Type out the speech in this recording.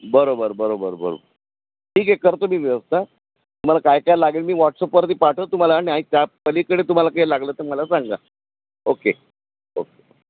बरोबर बरोबर बरोबर ठीक आहे करतो मी व्यवस्था तुम्हाला काय काय लागेल मी वॉट्सअपवरती पाठवत तुम्हाला नाही त्या पलीकडे तुम्हाला काही लागलं तर मला सांगा ओके ओके